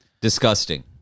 Disgusting